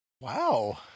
wow